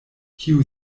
kiu